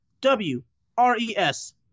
W-R-E-S